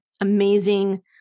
amazing